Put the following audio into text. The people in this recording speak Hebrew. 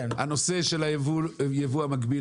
הנושא של היבוא המקביל,